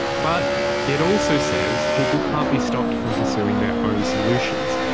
but it also says people can't be stopped from pursuing their own solutions,